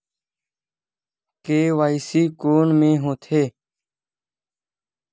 KYC कोन में होथे?